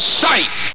sight